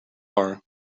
are